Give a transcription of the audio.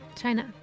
China